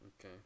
okay